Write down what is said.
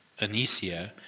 Anisia